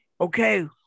okay